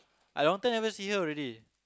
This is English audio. I long time never see her already